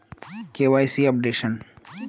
KYC updation?